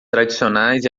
tradicionais